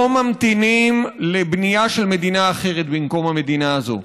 לא ממתינים לבנייה של מדינה אחרת במקום המדינה הזאת,